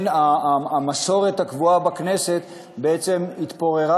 המסורת הקבועה בכנסת בעצם התפוררה,